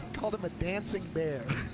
called him a dancing bear.